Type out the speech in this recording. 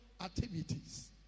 activities